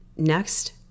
next